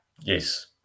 Yes